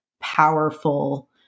powerful